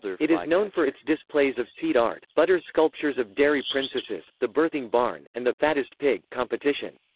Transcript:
it is known for its displays of seed art, butter sculptures of dairy princesses, the birthing barn, and the fattest pig competition.